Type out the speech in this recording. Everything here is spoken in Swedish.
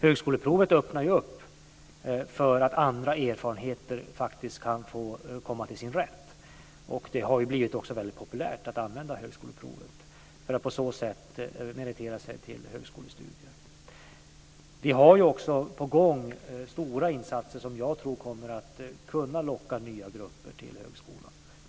Högskoleprovet öppnar ju för att andra erfarenheter faktiskt kan få komma till sin rätt, och det har ju också blivit väldigt populärt att använda högskoleprovet för att på så sätt meritera sig till högskolestudier. Vi har också på gång stora insatser som jag tror kommer att kunna locka nya grupper till högskolan.